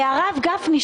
הרב גפני,